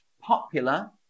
popular